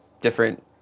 different